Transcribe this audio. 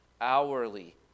hourly